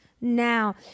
now